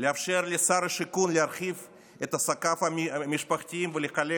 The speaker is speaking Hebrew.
לאפשר לשר השיכון להרחיב את עסקיו המשפחתיים ולחלק